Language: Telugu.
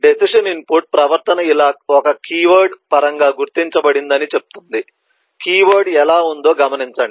డెసిషన్ ఇన్పుట్ ప్రవర్తన ఇలా ఒక కీవర్డ్ పరంగా గుర్తించబడిందని చెప్తుంది కీవర్డ్ ఎలా ఉందో గమనించండి